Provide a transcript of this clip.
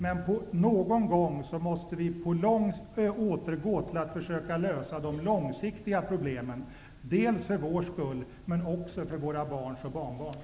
Men någon gång måste vi försöka lösa de långsiktiga problemen -- för vår skull men också för våra barns och barnbarns.